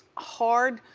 hard,